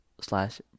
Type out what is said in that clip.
slash